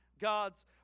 God's